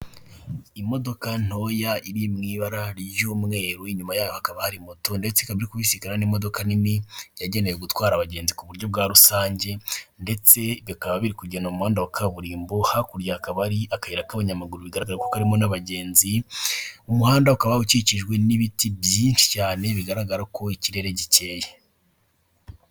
Imodoka ntoya iri mu ibara ry'umweru, inyuma yaho hakaba hari moto ndetse ikaba iri kubisikana n'imodoka nini yagenewe gutwara abagenzi ku buryo bwa rusange ndetse bikaba birikugenda mu muhanda wa kaburimbo, hakurya hakaba hari akayira k'abanyamaguru bigaragara ko karimo n'abagenzi, umuhanda ukaba ukikijwe n'ibiti byinshi cyane bigaragara ko ikirere gikeye.